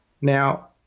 Now